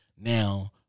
now